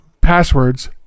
passwords